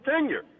tenure